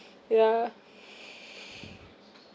yeah